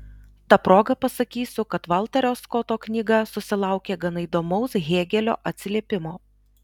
ta proga pasakysiu kad valterio skoto knyga susilaukė gana įdomaus hėgelio atsiliepimo